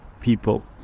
people